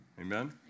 Amen